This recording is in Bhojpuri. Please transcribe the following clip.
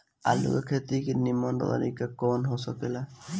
आलू के खेती के नीमन तरीका कवन सा हो ला?